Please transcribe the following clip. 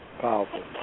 Powerful